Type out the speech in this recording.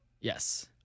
Yes